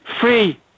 free